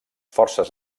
forces